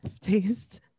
taste